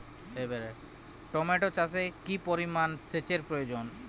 Tomato চাষে কি পরিমান সেচের প্রয়োজন?